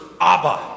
Abba